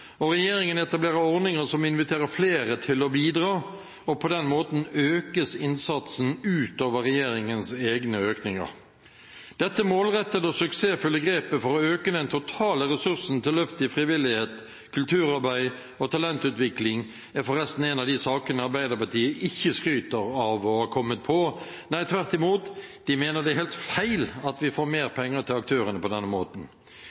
organisasjonslivet. Regjeringen etablerer ordninger som inviterer flere til å bidra, og på den måten økes innsatsen utover regjeringens egne økninger. Dette målrettede og suksessfulle grepet for å øke den totale ressursen til løft i frivillighet, kulturarbeid og talentutvikling er forresten en av de sakene Arbeiderpartiet ikke skryter av å ha kommet på. Nei, tvert imot, de mener det er helt feil at vi får mer penger til aktørene på denne måten.